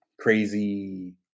crazy